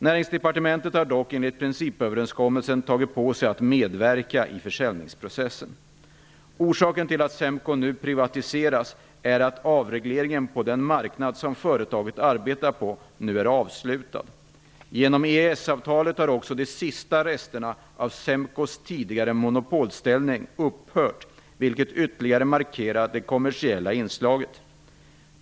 Näringsdepartementet har dock enligt principöverenskommelsen tagit på sig att medverka i försäljningsprocessen. Orsaken till att SEMKO nu privatiseras är att avregleringen på den marknad som företaget arbetar på numera är avslutad. Genom EES-avtalet har också de sista resterna av SEMKO:s tidigare monopolställning upphört, vilket ytterligare markerar det kommersiella inslaget.